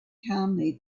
calmly